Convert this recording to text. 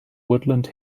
woodland